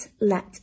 let